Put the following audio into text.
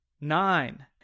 Nine